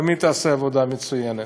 גם היא תעשה עבודה מצוינת.